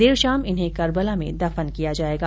देर शाम इन्हें कर्बला में दफन किया जायेगा